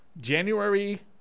January